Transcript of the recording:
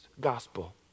gospel